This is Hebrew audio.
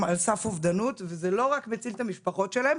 על סף אובדנות וזה לא רק מציל את המשפחות שלהם.